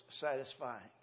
satisfying